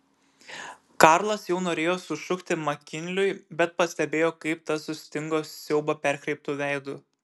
karlas jau norėjo sušukti makinliui bet pastebėjo kaip tas sustingo siaubo perkreiptu veidu